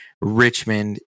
Richmond